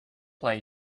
play